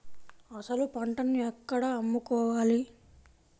అసలు పంటను ఎక్కడ అమ్ముకోవాలి?